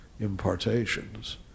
impartations